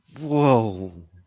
Whoa